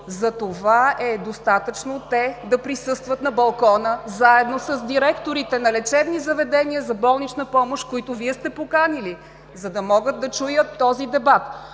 затова е достатъчно те да присъстват на балкона заедно с директорите на лечебни заведения за болнична помощ, които Вие сте поканили, за да могат да чуят този дебат.